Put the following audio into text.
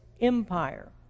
empire